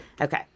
okay